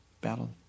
battle